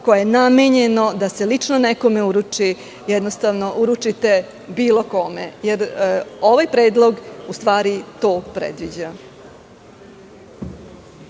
koje je namenjeno da se lično nekome uruči, jednostavno uručite bilo kome. Ovaj predlog, u stvari, to predviđa.